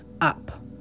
up